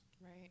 Right